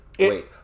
Wait